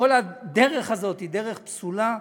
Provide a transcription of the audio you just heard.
שכל הדרך הזאת היא דרך פסולה.